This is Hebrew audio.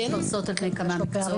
שמתפרסות על פני כמה מקצועות,